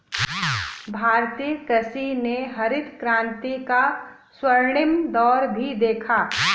भारतीय कृषि ने हरित क्रांति का स्वर्णिम दौर भी देखा